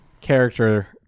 character